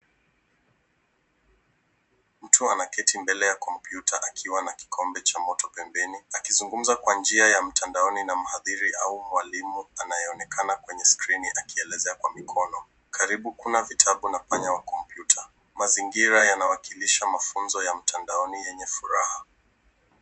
Mtu anaketi mbele ya kompyuta akiwa na kikombe cha moto pembeni akizungumza kwa njia ya mtandaoni na mhadhiri au mwalimu anayeonekana kwenye skrini akielezea kwa mikono. Karibu kina vitabu na panya wa kompyuta. Mazingira yanawakilisha mafunzo ya mtandaoni yenye furaha.